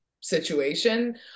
situation